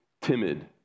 timid